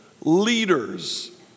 leaders